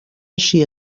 així